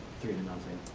three to nothing.